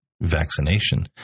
vaccination